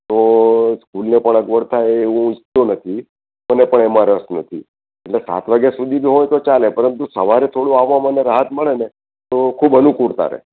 તો સ્કૂલને પણ અગવડ થાય એવું હું ઈચ્છતો નથી મને પણ એમાં રસ નથી એટલે સાત વાગ્યા સુધી જો હોય તો ચાલે પરંતુ સવારે થોડું આવવામાં મને રાહત મળે ને તો ખૂબ અનૂકુળતા રહે